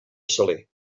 saler